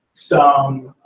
some.